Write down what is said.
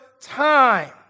time